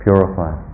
Purify